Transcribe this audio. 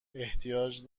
احتیاج